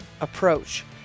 approach